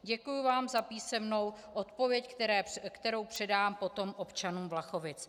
Děkuji vám za písemnou odpověď, kterou předám potom občanům Vlachovic.